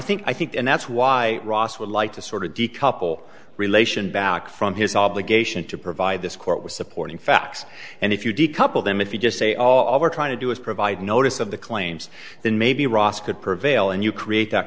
think i think and that's why ross would like to sort of decouple relation back from his obligation to provide this court with supporting facts and if you decouple them if you just say all we're trying to do is provide notice of the claims then maybe ross could prevail and you create that